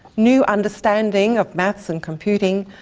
new understanding of maths and computing,